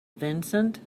vincent